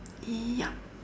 yup